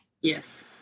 Yes